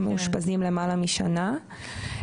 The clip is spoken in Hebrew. הם מאושפזים למעלה משנה,